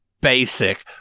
basic